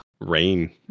Rain